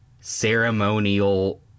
ceremonial